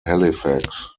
halifax